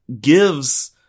gives